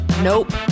Nope